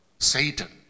Satan